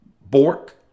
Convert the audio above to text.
Bork